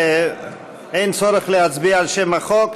אין צורך להצביע על שם החוק,